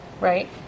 right